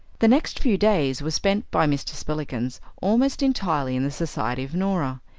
the next few days were spent by mr. spillikins almost entirely in the society of norah.